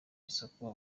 isoko